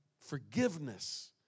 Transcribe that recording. forgiveness